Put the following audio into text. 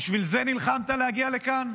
בשביל זה נלחמת להגיע לכאן?